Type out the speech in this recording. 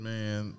Man